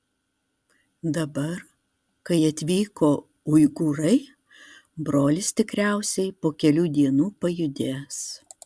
dabar kai atvyko uigūrai brolis tikriausiai po kelių dienų pajudės